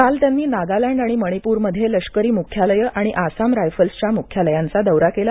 काल त्यांनी नागालँड आणि मणिपूरमध्ये लष्करी मुख्यालयं आणि आसाम रायफल्सच्या मुख्यालायांचा दौरा केला